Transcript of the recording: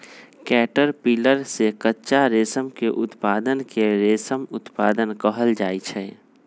caterpillar से कच्चा रेशम के उत्पादन के रेशम उत्पादन कहल जाई छई